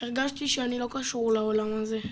הרגשתי שאני לא קשור לעולם הזה,